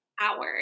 hours